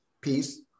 peace